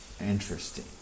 Interesting